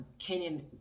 Kenyan